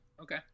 okay